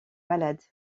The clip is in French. malades